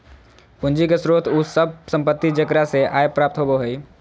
पूंजी के स्रोत उ सब संपत्ति जेकरा से आय प्राप्त होबो हइ